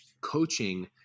coaching